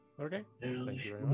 Okay